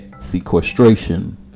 sequestration